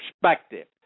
perspective